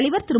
தலைவர் திரு